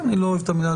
אני לא אוהב את המילה,